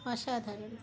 অসাধারণ